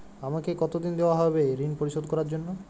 আমাকে কতদিন দেওয়া হবে ৠণ পরিশোধ করার জন্য?